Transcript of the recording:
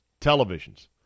televisions